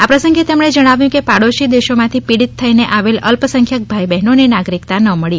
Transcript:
આ પ્રસંગે તેમણે જણાવ્યુ કે પાડોશી દેશોમાંથી પીડિત થઈને આવેલ અલ્પસંખ્યક ભાઈઓ બહેનોને નાગરિકતા ના મળી